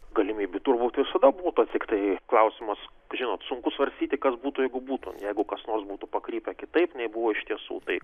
galimybių turbūt visada būta tiktai klausimas žinot sunku svarstyti kas būtų jeigu būtų jeigu kas nors būtų pakrypę kitaip nei buvo iš tiesų tai